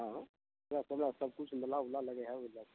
हँ सब किछु मेला ओला लगै हइ ओहि लग